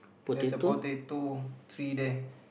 there's a potato tree there